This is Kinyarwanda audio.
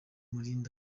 malimba